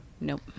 Nope